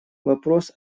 вопрос